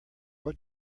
what